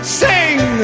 sing